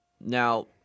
Now